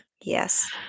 Yes